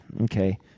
Okay